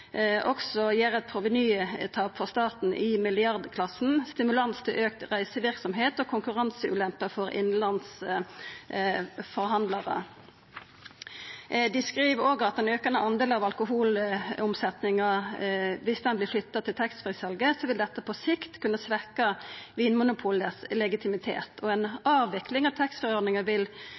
provenytap for staten i milliardklassen, stimulans til auka reiseaktivitet og konkurranseulemper for innanlands forhandlarar. Ho skriv òg at dersom ein aukande del av alkoholomsetninga vert flytta til taxfree-salet, vil det på sikt kunna svekka legitimiteten til Vinmonopolet. Ei avvikling av taxfree-ordninga vil